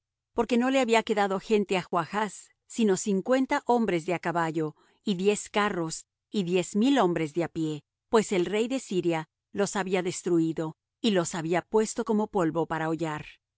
porque no le había quedado gente á joachz sino cincuenta hombres de á caballo y diez carros y diez mil hombres de á pié pues el rey de siria los había destruído y los había puesto como polvo para